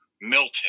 Milton